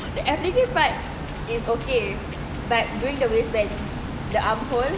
the F_D_K part is okay but with the waistband the arm hold